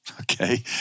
okay